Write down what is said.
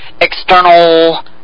external